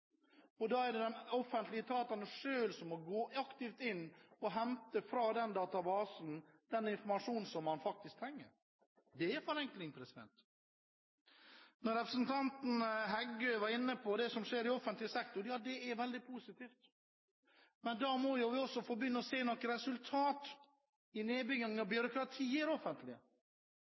endringene. Da er det de offentlige etatene selv som må gå aktivt inn og hente fra den databasen den informasjonen som man faktisk trenger. Det er forenkling. Representanten Heggø var inne på det som skjer i offentlig sektor. Det er veldig positivt, men da må vi også begynne å se noen resultater i nedbyggingen av byråkratiet i det offentlige,